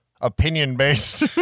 Opinion-based